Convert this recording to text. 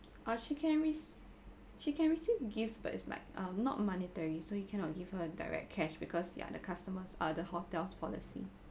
uh she can ris~ she can receive gifts but it's like um not monetary so you cannot give her direct cash because they are the customer's uh the hotel's policy